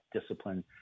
discipline